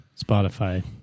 Spotify